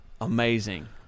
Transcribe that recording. Amazing